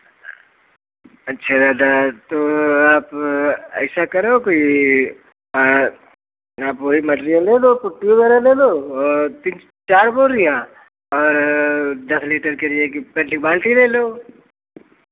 अच्छा दादा तो आप ऐसा करो कि आप वही मटीरियल ले लो पुट्टी वगैरह ले लो और तिन चार बोरियाँ और दस लीटर के लिए कि पेन्ट की बाल्टी ले लो